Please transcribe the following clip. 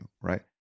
right